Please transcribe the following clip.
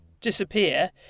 disappear